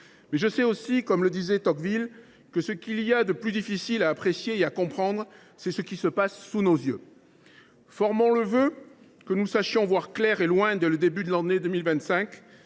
je sais aussi que, comme l’écrivait Tocqueville, « ce qu’il y a souvent de plus difficile à apprécier et à comprendre, c’est ce qui se passe sous nos yeux ». Formons le vœu que nous sachions voir clair et loin dès le début de l’année 2025,